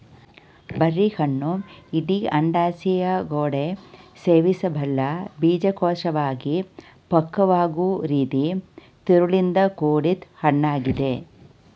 ಬೆರ್ರಿಹಣ್ಣು ಇಡೀ ಅಂಡಾಶಯಗೋಡೆ ಸೇವಿಸಬಲ್ಲ ಬೀಜಕೋಶವಾಗಿ ಪಕ್ವವಾಗೊ ರೀತಿ ತಿರುಳಿಂದ ಕೂಡಿದ್ ಹಣ್ಣಾಗಿದೆ